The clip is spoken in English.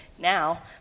Now